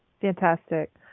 fantastic